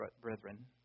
brethren